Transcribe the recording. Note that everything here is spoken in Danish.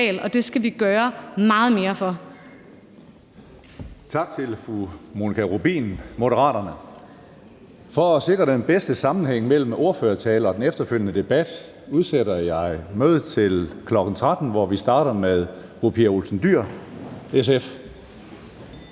(Karsten Hønge): Tak til fru Monika Rubin, Moderaterne. For at sikre den bedste sammenhæng mellem ordførertaler og den efterfølgende debat udsætter jeg mødet til kl. 13, hvor vi starter med fru Pia Olsen Dyhr, SF.